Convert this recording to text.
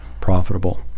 profitable